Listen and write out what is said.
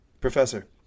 Professor